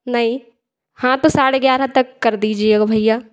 नहीं हाँ तो साढ़े ग्यारह तक कर दीजिएगा भैया